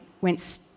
went